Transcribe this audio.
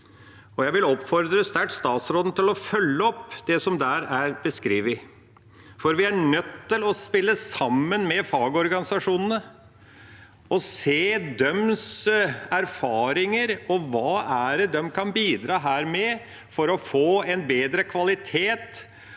Jeg vil sterkt oppfordre statsråden til å følge opp det som der er beskrevet, for vi er nødt til å spille sammen med fagorganisasjonene og se på deres erfaringer og hva de kan bidra med her for å få en bedre kvalitet